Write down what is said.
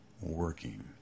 working